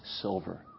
silver